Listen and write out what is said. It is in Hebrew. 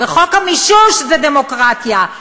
וחוק המישוש זה דמוקרטיה,